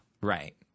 Right